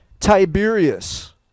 Tiberius